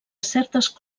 certes